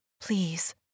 please